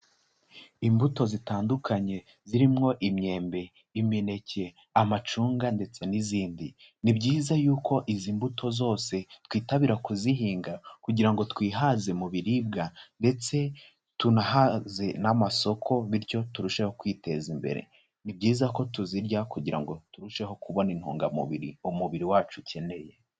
Imbuto zitandukanye zirimwo imyembe, imineke amacunga ndetse n'izindi, ni byiza yuko izi mbuto zose twitabira kuzihinga kugira ngo twihaze mu biribwa ndetse tunahaze n'amasoko bityo turusheho kwiteza imbere. Ni byiza ko tuzirya kugira ngo turusheho kubona intungamubiri umubiri wacu ukeneye.